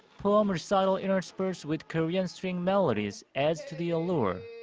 poem recital interspersed with korean string melodies adds to the allure.